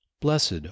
blessed